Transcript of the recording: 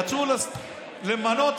רצו למנות,